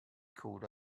called